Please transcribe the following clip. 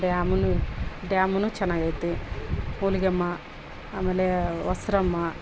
ಡ್ಯಾಮನು ಡ್ಯಾಮನು ಚೆನ್ನಾಗೈತೆ ಮುಲಗ್ಯಾಮ್ಮ ಆಮೇಲೆ ಒಸ್ರಮ್ಮ